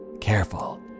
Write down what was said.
careful